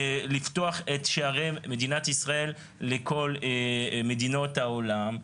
לפתוח את שערי מדינת ישראל לכל מדינות העולם,